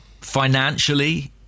Financially